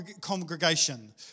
congregation